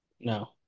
No